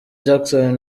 jackson